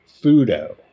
Fudo